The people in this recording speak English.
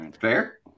Fair